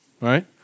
right